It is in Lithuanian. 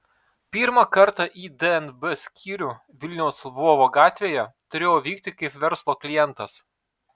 pirmą kartą į dnb skyrių vilniaus lvovo gatvėje turėjau vykti kaip verslo klientas